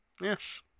Yes